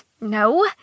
No